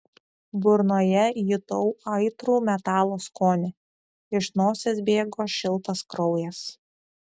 burnoje jutau aitrų metalo skonį iš nosies bėgo šiltas kraujas